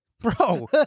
Bro